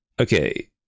Okay